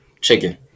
chicken